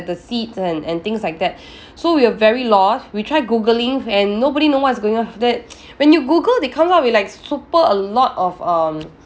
the seats and and things like that so we were very lost we tried Googling and nobody know what's going after that when you Google they comes out with like super a lot of um